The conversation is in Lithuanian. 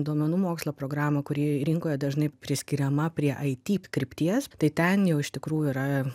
duomenų mokslo programa kuri rinkoje dažnai priskiriama prie it krypties tai ten jau iš tikrųjų yra